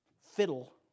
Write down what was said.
fiddle